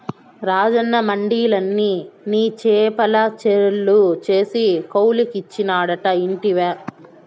రాజన్న మడిలన్ని నీ చేపల చెర్లు చేసి కౌలుకిచ్చినాడట ఇంటివా